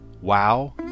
Wow